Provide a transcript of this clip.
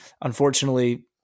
unfortunately